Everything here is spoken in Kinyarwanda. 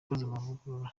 amavugurura